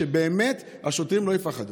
כדי שבאמת השוטרים לא יפחדו.